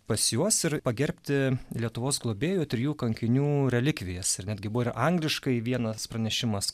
pas juos ir pagerbti lietuvos globėjo trijų kankinių relikvijas ir netgi buvo ir angliškai vienas pranešimas